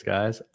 Guys